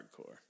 hardcore